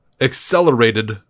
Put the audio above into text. accelerated